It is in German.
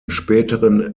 späteren